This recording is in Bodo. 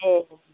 ए